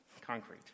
concrete